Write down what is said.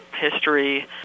history